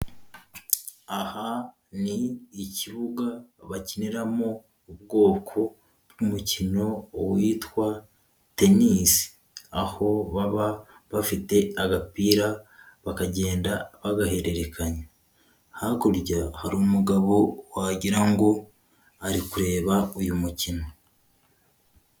Aha ni ikibuga bakiniramo ubwoko bw'umukino witwa Tennis. Aho baba bafite agapira bakagenda bagahererekanya. Hakurya hari umugabo wagira ngo ari kureba uyu mukino.